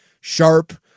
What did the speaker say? Sharp